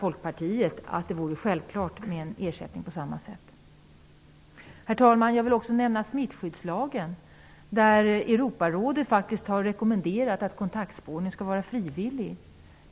Folkpartiet, menar att det vore självklart med en ersättning på samma sätt. Herr talman! Jag vill också nämna smittskyddslagen. Europarådet har ju faktiskt rekommenderat att kontaktspårning skall vara frivillig.